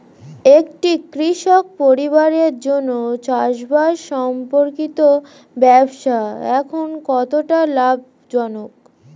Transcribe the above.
একটি কৃষক পরিবারের জন্য চাষবাষ সম্পর্কিত ব্যবসা এখন কতটা লাভজনক?